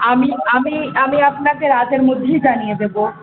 আমি আমি আমি আপনাকে রাতের মধ্যেই জানিয়ে দেব